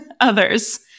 others